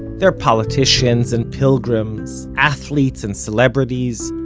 there are politicians and pilgrims, athletes and celebrities,